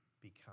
become